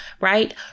right